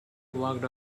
walked